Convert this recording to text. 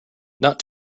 not